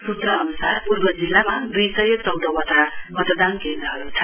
सूत्र अनुसार पूर्व जिल्लामा दुई सय चौध वटा मतदान केन्द्रहरु छन्